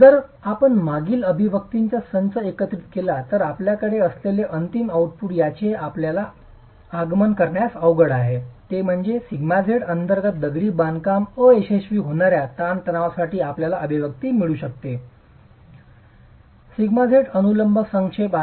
जर आपण मागील अभिव्यक्तींचा संच एकत्रित केला तर आपल्याकडे असलेले अंतिम आउटपुट ज्याचे आपल्याला आगमन करण्यास आवड आहे ते म्हणजे σz अंतर्गत दगडी बांधकाम अयशस्वी होणाऱ्या तणावासाठी आपल्याला अभिव्यक्ती मिळू शकते σz अनुलंब संक्षेप आहे